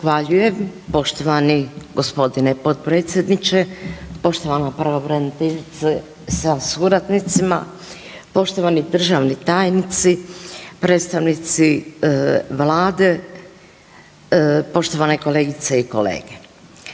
Zahvaljujem poštovani gospodine potpredsjedniče. Poštovana pravobraniteljice sa suradnicima, poštovani državni tajnici, predstavnici Vlade, poštovane kolegice i kolege,